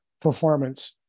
performance